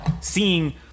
seeing